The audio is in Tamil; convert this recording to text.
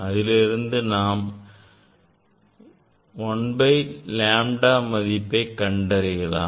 அதிலிருந்து நாம் 1 by lambda மதிப்பை கண்டறியலாம்